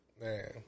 Man